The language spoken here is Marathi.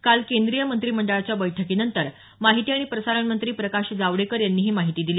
काल केंद्रीय मंत्रिमंडळाच्या बैठकीनंतर माहिती आणि प्रसारणमंत्री प्रकाश जावडेकर यांनी ही माहिती दिली